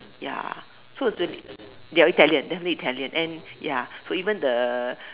ya so is ya Italian then only Italian and ya so even the